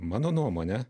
mano nuomone